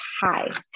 Hi